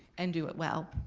and do it well.